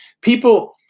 people